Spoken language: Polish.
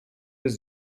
jest